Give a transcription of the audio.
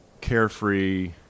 carefree